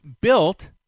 built